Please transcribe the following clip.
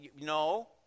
No